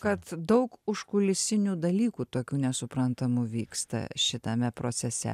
kad daug užkulisinių dalykų tokių nesuprantamų vyksta šitame procese